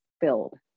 filled